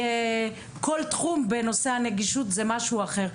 כל תחום בנושא הנגישות זה משהו אחר.